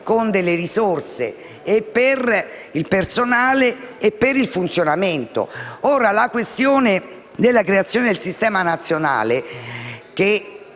con delle risorse sia per il personale sia per il funzionamento. La questione della creazione del Sistema nazionale, che